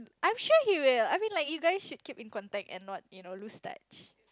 I'm sure he will I mean like you guys should keep in contact and not what you know lose touch